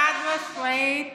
חד-משמעית